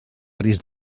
risc